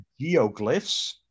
Geoglyphs